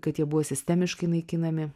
kad jie buvo sistemiškai naikinami